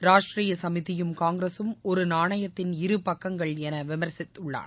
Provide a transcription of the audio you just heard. ராஷ்ட்ரீய சுமிதியும் காங்கிரசும் ஒரு நாணயத்தின் இரு பக்கங்கள் என விமர்சித்துள்ளார்